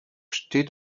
steht